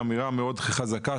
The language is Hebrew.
זו אמירה מאוד חזקה,